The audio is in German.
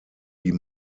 die